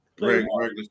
regular